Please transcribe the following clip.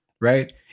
right